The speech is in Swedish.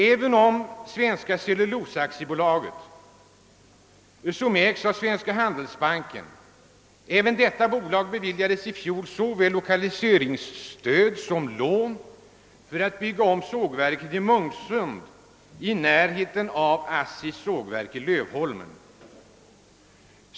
Även Svenska cellulosabolaget, som ägs av Svenska handelsbanken, beviljades i fjol såväl lokaliseringsstöd som lån för att bygga om sågverket i Munksund i närheten av ASSI:s sågverk i Lövholmen.